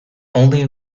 only